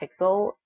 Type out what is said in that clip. pixel